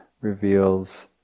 reveals